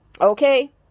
okay